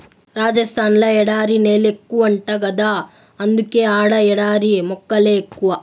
రాజస్థాన్ ల ఎడారి నేలెక్కువంట గదా అందుకే ఆడ ఎడారి మొక్కలే ఎక్కువ